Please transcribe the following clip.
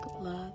love